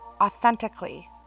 authentically